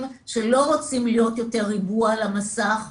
שהם לא רוצים יותר להיות ריבוע על המסך,